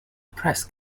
press